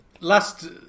Last